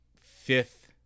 fifth